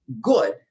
good